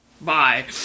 Bye